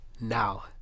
now